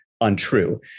untrue